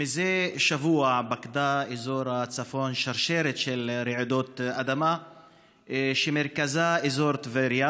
זה שבוע פוקדת את אזור הצפון שרשרת של רעידות אדמה שמרכזה אזור טבריה.